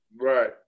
Right